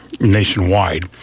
nationwide